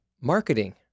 marketing